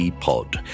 Pod